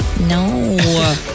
No